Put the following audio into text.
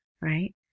right